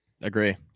agree